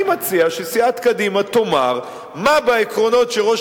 אני מציע שסיעת קדימה תאמר מה בעקרונות שראש